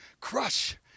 Crush